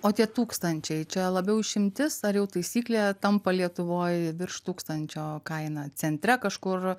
o tie tūkstančiai čia labiau išimtis ar jau taisyklė tampa lietuvoj virš tūkstančio kaina centre kažkur